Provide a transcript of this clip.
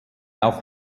auch